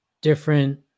different